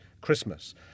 Christmas